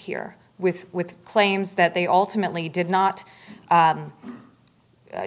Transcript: here with with claims that they alternately did not